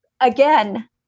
Again